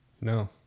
no